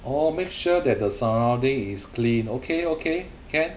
orh make sure that the surrounding is clean okay okay can